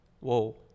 whoa